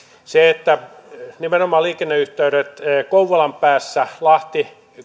nimenomaan liikenneyhteydet kouvolan päässä lahti